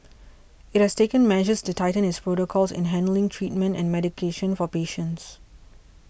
it has taken measures to tighten its protocols in handling treatment and medication for patients